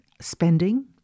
spending